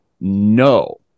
no